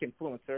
influencer